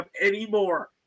anymore